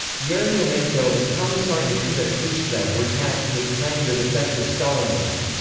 yeryomenko and commissar nikita khrushchev were tasked with planning the defense of stalingrad.